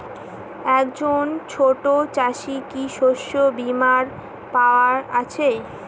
একজন ছোট চাষি কি শস্যবিমার পাওয়ার আছে?